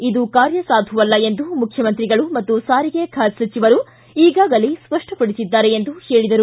ಇದು ಕಾರ್ಯಸಾಧುವಲ್ಲ ಎಂದು ಮುಖ್ಯಮಂತ್ರಿಗಳು ಮತ್ತು ಸಾರಿಗೆ ಖಾತೆ ಸಚಿವರು ಈಗಾಗಲೇ ಸ್ಪಷ್ಟಪಡಿಸಿದ್ದಾರೆ ಎಂದು ಹೇಳಿದರು